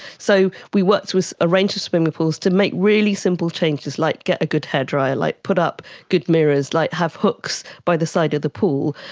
so we worked with a range of swimming pools to make really simple changes like get a good hairdryer, like put up good mirrors, like have hooks by the side of the pool,